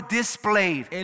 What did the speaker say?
displayed